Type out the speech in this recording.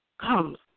comes